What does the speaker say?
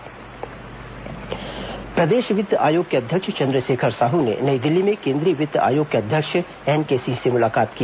स्थायी वित्त पोषण फॉर्मूला प्रदेश वित्त आयोग के अध्यक्ष चंद्रशेखर साहू ने नई दिल्ली में केंद्रीय वित्त आयोग के अध्यक्ष एनके सिंह से मुलाकात की